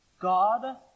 God